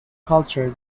culture